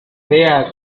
vea